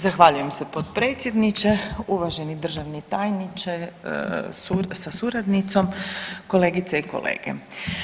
Zahvaljujem se potpredsjedniče, uvaženi državni tajniče sa suradnicom, kolegice i kolege.